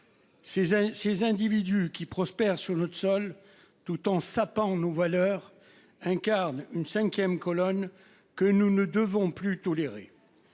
Ces individus qui prospèrent sur notre sol, tout en sapant nos valeurs, incarnent une cinquième colonne que nous ne devons plus tolérer.